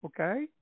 okay